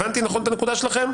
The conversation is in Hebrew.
האם הבנתי נכון את הנקודה שלכם?